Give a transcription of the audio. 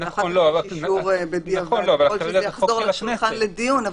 יכול להיות שזה יחזור לשולחן לדיון,